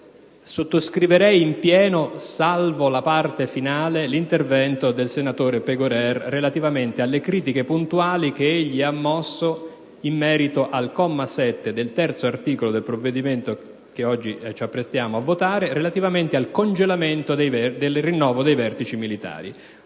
Sottoscrivo in pieno, salvo la parte finale, l'intervento del senatore Pegorer e quindi le critiche puntuali che egli ha mosso in merito al comma 7 dell'articolo 3 del provvedimento che ci apprestiamo a votare, relativamente al congelamento del rinnovo degli organismi di